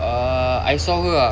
err I saw her ah